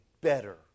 better